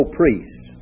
priests